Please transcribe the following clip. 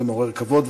זה מעורר כבוד.